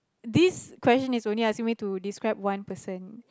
these question are only asking me to describe one person